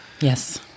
Yes